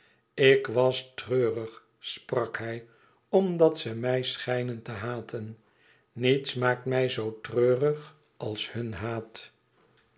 ik was treurig sprak hij omdat ze mij schijnen te haten niets maakt mij zoo treurig als hun haat